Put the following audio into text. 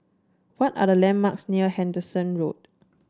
what are the landmarks near Henderson Road